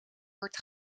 wordt